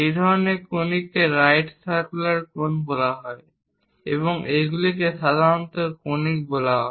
এই ধরনের কনিককে রাইট সারকুলার কোন বলা হয় এবং এগুলিকে সাধারণত কনিক বলা হয়